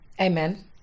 Amen